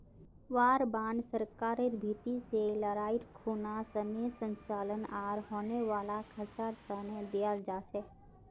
war bond सरकारेर भीति से लडाईर खुना सैनेय संचालन आर होने वाला खर्चा तने दियाल जा छे